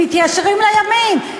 מתיישרים לימין.